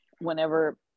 whenever